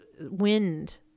wind